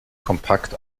kompakt